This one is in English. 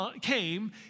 came